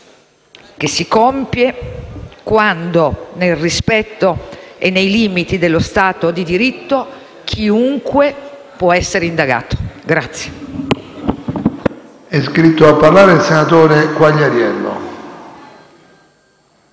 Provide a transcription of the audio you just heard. che si compie quando, nel rispetto e nei limiti dello Stato di diritto, chiunque può essere indagato.